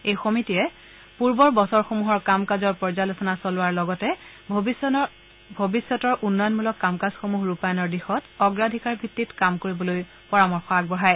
এই সমিতিয়ে পূৰ্বৰ বছৰসমূহৰ কাম কাজৰ পৰ্য্যালোচনা চলোৱাৰ লগতে ভৱিষ্যতৰ উন্নয়নমূলক কাম কাজসমূহ ৰূপায়ণৰ দিশত অগ্ৰাধিকাৰ ভিত্তিত কাম কৰিবলৈ পৰামৰ্শ আগবঢ়ায়